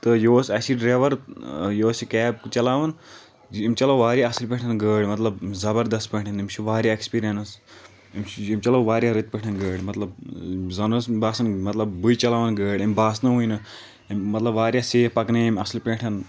تہٕ یہِ اوس اسہِ ڈرایور یہِ اوس یہِ کیب چلاوان أمۍ چلٲو واریاہ اصل پٲٹھۍ گٲڑۍ مطلب زبردست پٲٹھۍ أمِس چھُ واریاہ اٮ۪کٕسپیرینٕس أمِس چھُ أمۍ چلٲو واریاہ رٕتۍ پٲٹھۍ گٲڑۍ مطلب زن اوس باسان مطلب بٕے چلاوان گٲڑۍ أمی باسنوٕے نہٕ أمۍ مطلب واریاہ سیف پکنٲے أمۍ اصل پٲٹھۍ